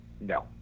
No